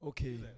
Okay